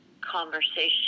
conversation